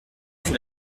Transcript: que